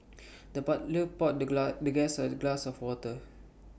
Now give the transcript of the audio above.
the butler poured the glass the guest at A glass of water